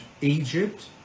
Egypt